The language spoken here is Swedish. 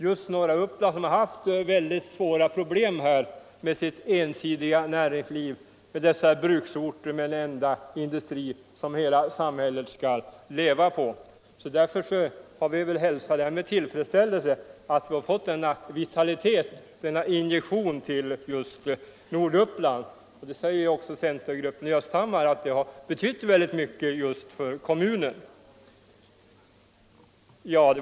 Just norra Uppland har haft mycket svåra problem med sitt ensidiga näringsliv — bruksorterna, med en enda industri, som hela samhället skall leva på. Därför har vi hälsat med tillfredsställelse att vi fått denna vitaliserande injektion i just norra Uppland. Centergruppen i Östhammar säger också att detta har betytt mycket för kommunen.